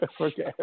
Okay